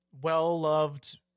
well-loved